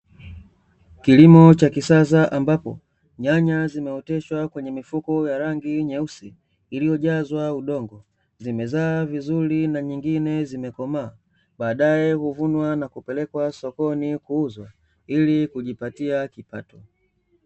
Kilimo cha kisasa ambapo nyanya zimeoteshwa kwenye mifuko ya rangi nyeusi iliyojazwa udongo, zimezaa vizuri nyingine zimekomaa baadae huvumwa na kupelekwa sokoni kuuzwa ili kujipatia kipato.